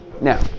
Now